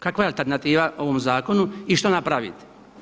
Kakva je alternativa ovom zakonu i što napraviti?